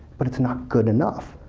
but it's not good enough.